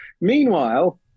Meanwhile